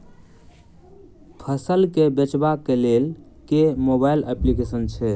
फसल केँ बेचबाक केँ लेल केँ मोबाइल अप्लिकेशन छैय?